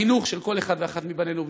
ובחינוך של כל אחד ואחת מבנינו ובנותינו.